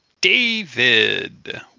David